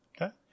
Okay